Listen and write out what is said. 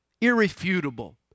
irrefutable